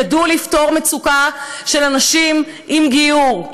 ידעו לפתור מצוקה של אנשים עם גיור.